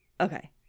Okay